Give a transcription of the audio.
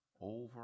over